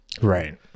right